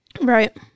Right